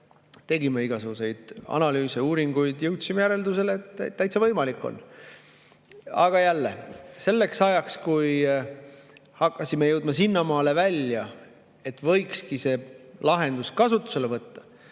Tegime igasuguseid analüüse ja uuringuid ning jõudsime järeldusele, et täitsa võimalik on. Aga jälle, selleks ajaks, kui hakkasime jõudma sinnamaale välja, et võikski selle lahenduse kasutusele võtta,